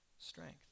strength